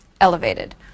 elevated